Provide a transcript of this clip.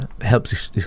helps